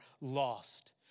lost